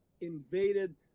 invaded